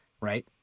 Right